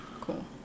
cool